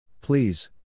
please